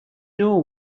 know